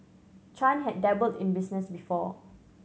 chan had dabbled in business before